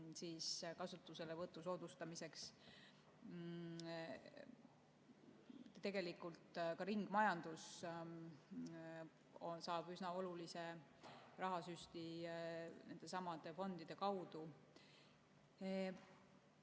kasutuselevõtu soodustamiseks. Tegelikult ka ringmajandus saab üsna olulise rahasüsti nendesamade fondide kaudu.